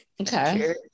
Okay